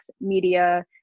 media